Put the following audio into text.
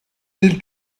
mille